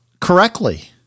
correctly